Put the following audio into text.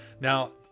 now